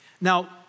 Now